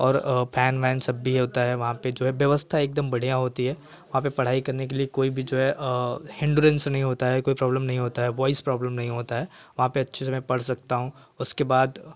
और फैन वैन सब भी होता है वहाँ पर जो है व्यवस्था एकदम बढ़िया होती है वहाँ पर पढ़ाई करने के लिए कोई भी जो है हिंडूरेंस नहीं होता है कोई प्रॉब्लम नहीं होता है वॉइस प्रॉब्लम नहीं होता है वहाँ पर अच्छे से मैं पढ़ सकता हूँ उसके बाद